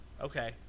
Okay